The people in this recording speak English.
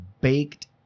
baked